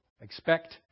expect